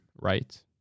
right